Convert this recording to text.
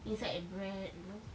inside the bread you know